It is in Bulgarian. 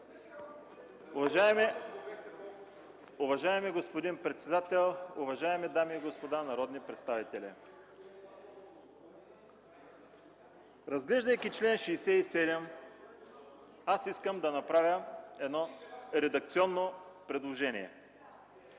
Уважаеми господин председател, уважаеми дами и господа народни представители! Разглеждайки чл. 67 искам да направя едно редакционно предложение.